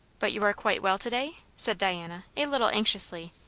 but you are quite well to-day? said diana a little anxiously.